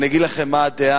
אני אגיד לכם מה הדעה